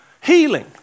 Healing